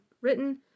written